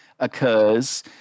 occurs